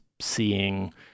seeing